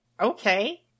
Okay